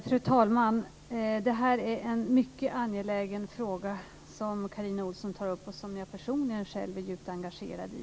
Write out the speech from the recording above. Fru talman! Det här är en mycket angelägen fråga som Carina Ohlsson tar upp och som jag personligen är djupt engagerad i.